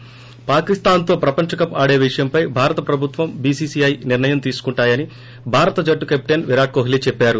ి పాకిస్తాన్తో ప్రపంచకప్ ఆడేవిషయంపై భారత ప్రభుత్వం బీసీసీఐ నిర్ణయం తీసుకుంటాయని భారత జట్టు కెప్టెస్ విరాట్ కోహ్లీ చెప్పారు